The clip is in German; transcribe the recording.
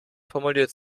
formuliert